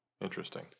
Interesting